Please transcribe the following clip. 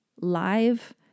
live